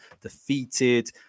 defeated